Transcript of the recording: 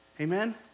Amen